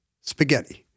spaghetti